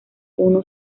uno